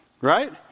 right